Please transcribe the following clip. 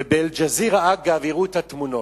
ואגב, ב"אל-ג'זירה" הראו את התמונות.